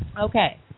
okay